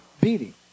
beating